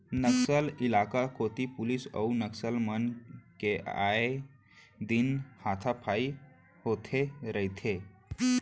नक्सल इलाका कोती पुलिस अउ नक्सल मन के आए दिन हाथापाई होथे रहिथे